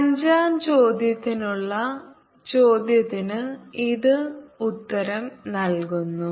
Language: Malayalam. അഞ്ചാം ചോദ്യത്തിനുള്ള ചോദ്യത്തിന് ഇത് ഉത്തരം നൽകുന്നു